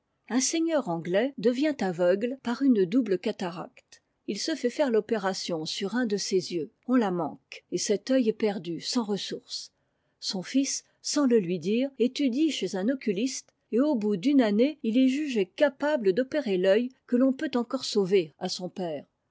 un seigneur anglais devient aveugle par une double cataracte il se fait faire l'opération sur un de ses yeux on la manque et cet œi est perdu sans ressource son fils sans le lui dire étudie chez un oculiste et au bout d'une année il est jugé capable d'opérer t'œi que l'on peut encore sauver à son père